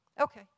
Okay